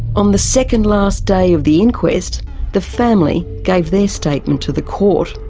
on the second last day of the inquest the family gave their statement to the court.